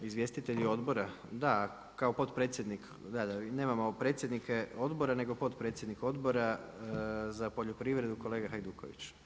Izvjestitelji odbora, da kao potpredsjednik, nemamo predsjednike odbora nego potpredsjednik Odbora za poljoprivredu kolega Hajduković.